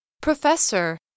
Professor